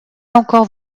encore